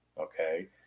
Okay